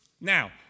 now